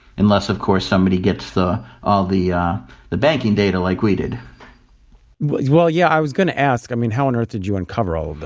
unless, of course, somebody gets the all the yeah the banking data, like we did well yeah, i was going to ask, i mean, how on earth did you uncover all of